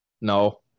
No